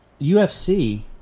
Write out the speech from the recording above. UFC